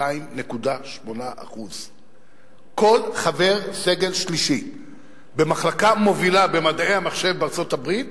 32.8%. כל חבר סגל שלישי במחלקה מובילה במדעי המחשב בארצות-הברית